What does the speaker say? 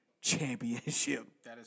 Championship